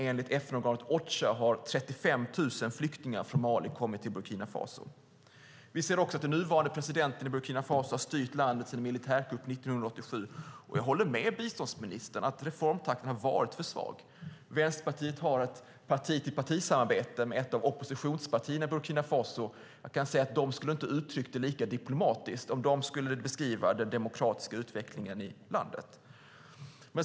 Enligt FN-organet Ocha har 35 000 flyktingar från Mali kommit till Burkina Faso. Den nuvarande presidenten har styrt landet sedan en militärkupp 1987, och jag håller med biståndsministern att reformtakten har varit för svag. Vänsterpartiet har ett parti-till-parti-samarbete med ett av oppositionspartierna i Burkina Faso. Jag kan säga att man i det partiet inte skulle ha uttryckt sig lika diplomatiskt om de skulle beskriva den demokratiska utvecklingen i landet.